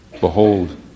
Behold